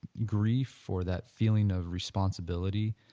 grief or that feeling of responsibility